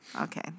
Okay